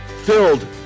filled